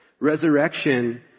Resurrection